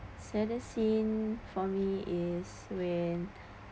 saddest scene for me is when